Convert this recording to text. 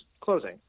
closing